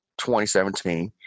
2017